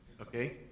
Okay